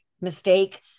mistake